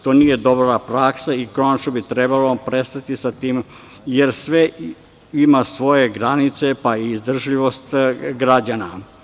To nije dobra praksa i konačno bi trebalo prestati sa tim, jer sve ima svoje granice, pa i izdržljivost građana.